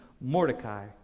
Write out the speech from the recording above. Mordecai